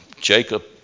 Jacob